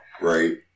Right